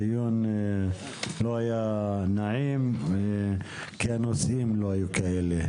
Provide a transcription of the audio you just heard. הדיון לא היה נעים, כי הנושאים לא היו כאלה.